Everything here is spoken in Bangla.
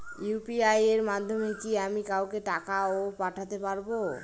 ইউ.পি.আই এর মাধ্যমে কি আমি কাউকে টাকা ও পাঠাতে পারবো?